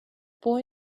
boy